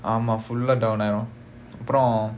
ஆமா:aamaa full ah down ஆயிடும்:aayidum